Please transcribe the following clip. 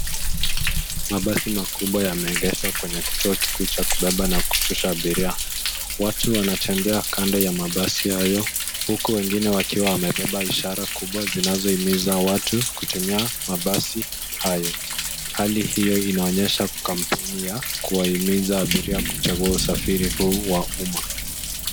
Mabasi makubwa yameegeshwa kwenye kituo kikuu cha kubeba na kushusha abiria. Watu wanatembea kando ya mabasi hayo, huku wengine wakiwa wamebeba ishara kubwa zinazohimiza watu, kutumia mabasi hayo. Hali hiyo inaonyesha kuwa kampeni ya, kuwahimiza abiria kuchagua usafiri huu, wa umma.